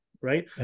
Right